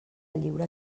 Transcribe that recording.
lliure